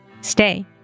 stay